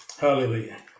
Hallelujah